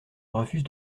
refuse